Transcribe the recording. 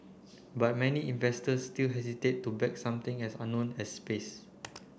but many investors still hesitate to back something as unknown as space